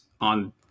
on